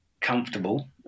comfortable